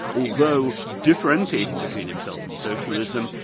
although differentiating between himself and socialism,